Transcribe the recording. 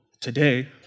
today